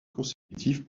consécutive